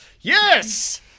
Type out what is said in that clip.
yes